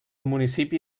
municipi